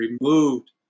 removed